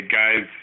guys